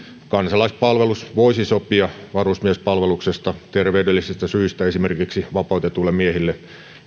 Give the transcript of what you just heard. kansalaispalvelus voisi sopia varusmiespalveluksesta esimerkiksi terveydellisistä syistä vapautetuille miehille